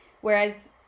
whereas